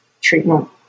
treatment